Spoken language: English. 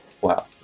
Wow